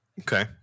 Okay